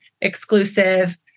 exclusive